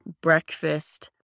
breakfast